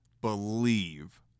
believe